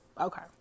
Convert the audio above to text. Okay